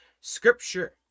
scripture